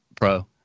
pro